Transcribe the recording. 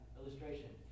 illustration